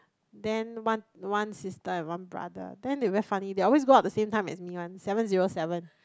then one one sister and one brother then they very funny they always go up the same time as me one seven zero seven